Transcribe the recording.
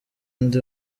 ndi